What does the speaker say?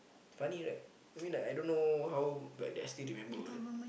funny right I mean like I don't know how but I still remember all that